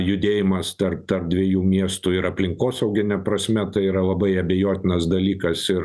judėjimas tarp tarp dviejų miestų ir aplinkosaugine prasme tai yra labai abejotinas dalykas ir